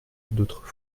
d’autres